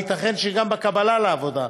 וייתכן שגם בקבלה לעבודה,